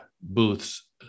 booths